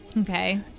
Okay